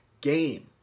game